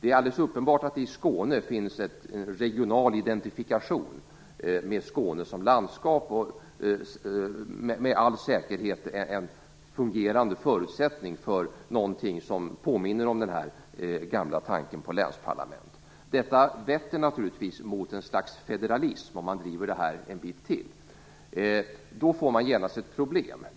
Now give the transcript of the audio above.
Det är alldeles uppenbart att det i Skåne finns en regional identifikation med Skåne som landskap och med all säkerhet en fungerande förutsättning för någonting som påminner om den gamla tanken på länsparlament. Det vetter naturligtvis mot ett slags federalism om man driver det en bit till. Då får man genast ett problem.